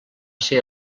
ser